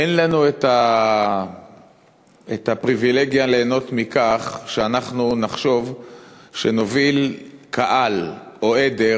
אין לנו הפריבילגיה ליהנות מכך שאנחנו נחשוב שנוביל קהל או עדר,